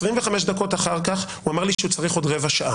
25 דקות אחר כך הוא אמר לי שהוא צריך עוד רבע שעה.